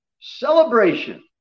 celebration